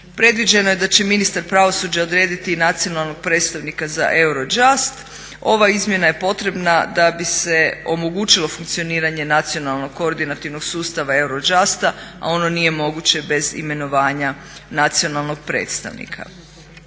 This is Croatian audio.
Predviđeno je da će ministar pravosuđa odrediti i nacionalnog predstavnika za EUROJUST. Ova izmjena je potrebna da bi se omogućilo funkcioniranje nacionalnog koordinativnog sustava EUROJUST-a, a ono nije moguće bez imenovanja nacionalnog predstavnika.